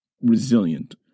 resilient